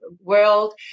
world